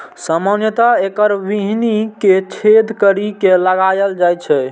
सामान्यतः एकर बीहनि कें छेद करि के लगाएल जाइ छै